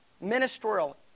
ministerial